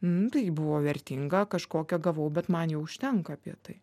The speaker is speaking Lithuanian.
nu tai buvo vertinga kažkokią gavau bet man jau užtenka apie tai